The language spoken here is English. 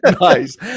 Nice